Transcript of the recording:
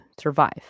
survive